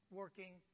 working